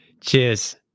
Cheers